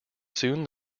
soon